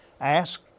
Ask